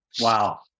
Wow